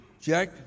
Jack